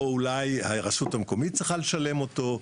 או אולי הרשות המקומית צריכה לשלם אותו?